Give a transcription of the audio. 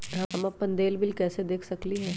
हम अपन देल बिल कैसे देख सकली ह?